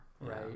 right